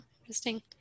interesting